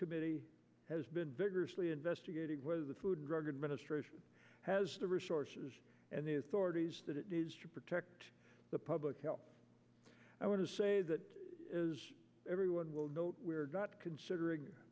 committee has been vigorously investigating whether the food and drug administration has the resources and the authorities that it is to protect the public health i want to say that everyone will not consider